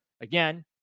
Again